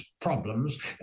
problems